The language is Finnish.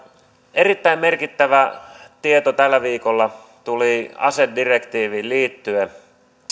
erittäin merkittävä tieto tällä viikolla tuli asedirektiiviin liittyen